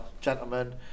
gentlemen